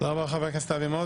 תודה רבה לחבר הכנסת אבי מעוז.